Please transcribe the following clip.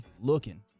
looking